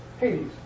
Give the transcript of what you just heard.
Hades